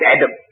Adam